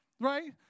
right